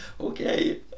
okay